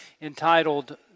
entitled